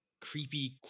creepy